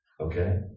Okay